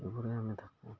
এইবোৰেই আমি থাকোঁ